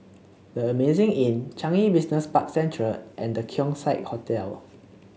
The Amazing Inn Changi Business Park Central and The Keong Saik Hotel